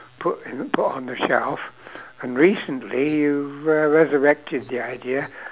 put in put on the shelf and recently you've uh resurrected the idea